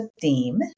theme